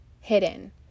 hidden